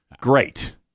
Great